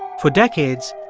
for decades,